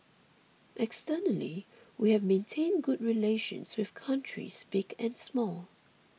externally we have maintained good relations with countries big and small